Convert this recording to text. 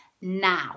now